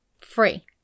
free